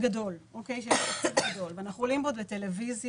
גדול ואנחנו עולים בו בטלוויזיה,